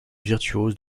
virtuose